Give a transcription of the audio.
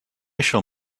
shall